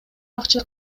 акча